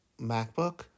MacBook